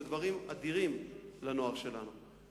אלה דברים אדירים לנוער שלנו.